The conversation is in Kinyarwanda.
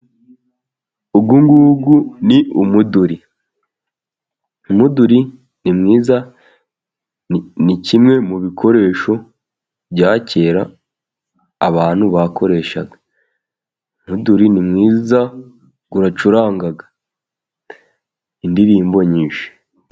Uyu ni umuduri, umuduri ni mwiza ni kimwe mu bikoresho bya kera abantu bakoreshaga, umuduri ni mwiza ucuranga indirimbo nyinshi.